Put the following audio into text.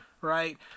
Right